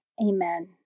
Amen